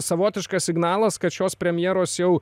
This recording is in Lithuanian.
savotiškas signalas kad šios premjeros jau